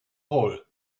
hole